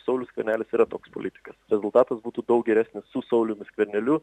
saulius skvernelis yra toks politikas rezultatas būtų daug geresnis su sauliumi skverneliu